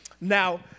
Now